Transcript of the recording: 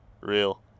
Real